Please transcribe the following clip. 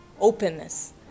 Openness